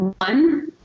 One